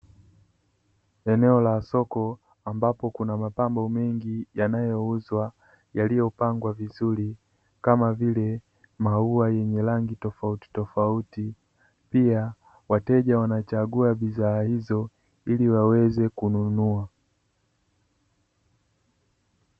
Eneo la soko ambapo kuna mapambo mengi yanayouzwa, yaliyopangwa vizuri kama vile maua yenye rangi tofautitofauti. Pia wateja wanachagua bidhaa hizo, ili waweze kununua.